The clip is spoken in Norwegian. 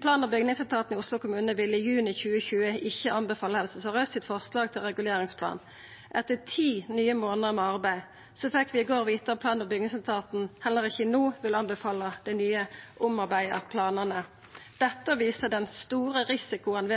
Plan- og bygningsetaten i Oslo kommune ville i juni 2020 ikkje anbefala Helse Sør-Øst sitt forslag til reguleringsplan. Etter ti nye månader med arbeid fekk vi i går vita at plan- og bygningsetaten heller ikkje no vil anbefala dei nye, omarbeidde planane. Dette viser den store risikoen